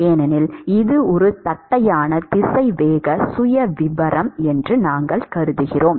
ஏனெனில் இது ஒரு தட்டையான திசைவேக சுயவிவரம் என்று நாங்கள் கருதுகிறோம்